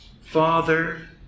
Father